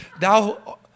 thou